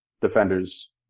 defenders